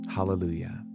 Hallelujah